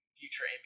future